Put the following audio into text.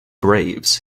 braves